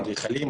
אדריכלים,